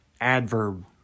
adverb